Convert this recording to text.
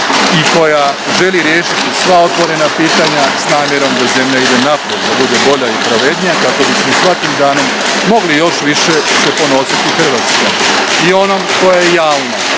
i koja želi riješiti sva otvorena pitanja s namjerom da zemlja ide naprijed, da bude bolja i pravednija, kako bismo se svakim danom mogli još više ponositi Hrvatskom, i onom koja je jalna,